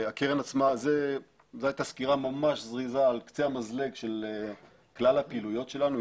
זו הייתה סקירה ממש זריזה על קצה המזלג של כלל הפעילויות שלנו,